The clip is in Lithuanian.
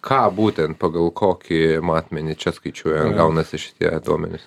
ką būtent pagal kokį matmenį čia skaičiuojant gaunasi šitie duomenys